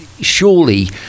surely